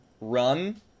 run